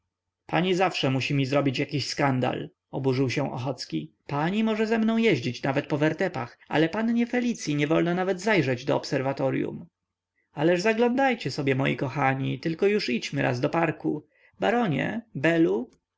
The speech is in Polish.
pani zawsze musi mi zrobić jakiś skandal oburzył się ochocki pani może ze mną jeździć po wertepach ale pannie felicyi niewolno nawet zajrzeć do obserwatoryum ależ zaglądajcie sobie moi kochani tylko już raz idźmy do parku baronie belu